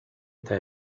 eta